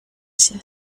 się